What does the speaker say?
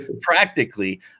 practically